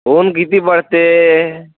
ऊन किती पडते